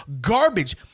garbage